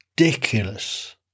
ridiculous